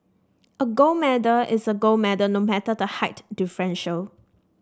a gold medal is a gold medal no matter the height differential